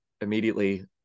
immediately